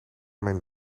mijn